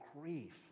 grief